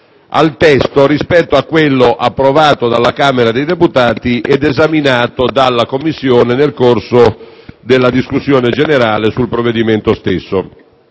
modifica rispetto al testo approvato dalla Camera dei deputati ed esaminato dalla Commissione nel corso della discussione generale sul provvedimento.